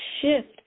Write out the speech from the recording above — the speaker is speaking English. shift